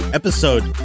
episode